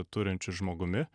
turinčiu žmogumi